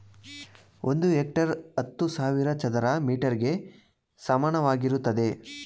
ಒಂದು ಹೆಕ್ಟೇರ್ ಹತ್ತು ಸಾವಿರ ಚದರ ಮೀಟರ್ ಗೆ ಸಮಾನವಾಗಿರುತ್ತದೆ